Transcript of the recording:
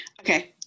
Okay